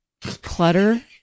clutter